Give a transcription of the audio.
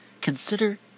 consider